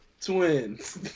Twins